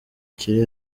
kiri